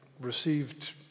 received